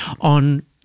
on